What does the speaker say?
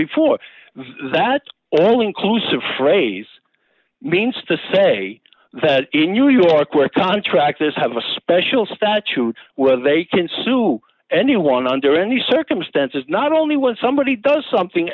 before that all inclusive phrase means to say that in new york where contractors have a special statute where they can sue anyone under any circumstances not only one somebody does something